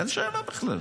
אין בכלל שאלה.